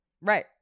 Right